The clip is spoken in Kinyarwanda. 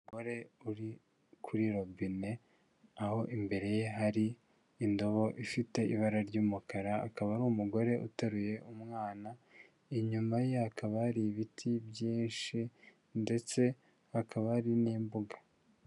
Umugore uri kuri robine, aho imbere ye hari indobo ifite ibara ry'umukara, akaba ari umugore uteruye umwana, inyuma ye hakaba hari ibiti byinshi ndetse hakaba hari n'imbuga.